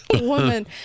woman